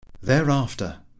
Thereafter